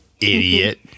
idiot